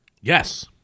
Yes